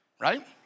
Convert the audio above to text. Right